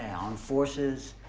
on forces,